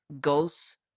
goes